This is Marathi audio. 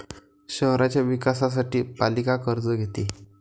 शहराच्या विकासासाठी पालिका कर्ज घेते